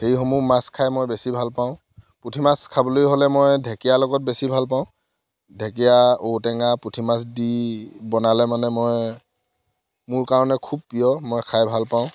সেইসমূহ মাছ খাই মই বেছি ভাল পাওঁ পুঠি মাছ খাবলৈ হ'লে মই ঢেকীয়া লগত বেছি ভাল পাওঁ ঢেকীয়া ঔটেঙা পুঠি মাছ দি বনালে মানে মই মোৰ কাৰণে খুব প্ৰিয় মই খাই ভাল পাওঁ